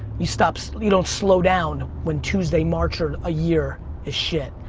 you stop, so you don't slow down when tuesday, march or a year is shit.